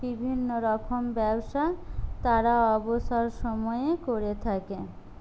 বিভিন্ন রকম ব্যবসা তারা অবসর সময়ে করে থাকে